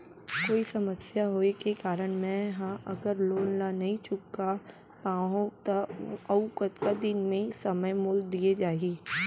कोई समस्या होये के कारण मैं हा अगर लोन ला नही चुका पाहव त अऊ कतका दिन में समय मोल दीये जाही?